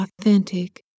authentic